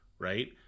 Right